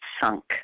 sunk